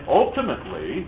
ultimately